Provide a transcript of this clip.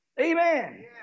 Amen